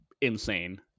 insane